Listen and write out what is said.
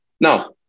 Now